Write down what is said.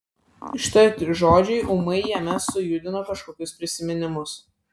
ištarti žodžiai ūmai jame sujudino kažkokius prisiminimus